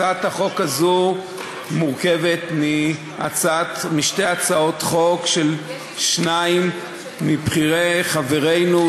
הצעת החוק הזו מורכבת משתי הצעות חוק של שניים מבכירי חברינו,